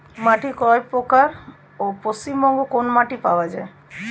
মাটি কয় প্রকার ও পশ্চিমবঙ্গ কোন মাটি পাওয়া য়ায়?